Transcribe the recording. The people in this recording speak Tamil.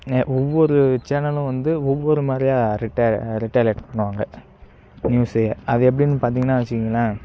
ஒவ்வொரு சேனலும் வந்து ஒவ்வொரு மாதிரியா ரெட் ரெட் அலர்ட் பண்ணுவாங்க நியூஸு அது எப்படினு பார்த்திங்கனா வச்சிக்கங்களேன்